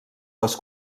les